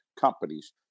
companies